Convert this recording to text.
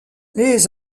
les